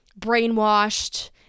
brainwashed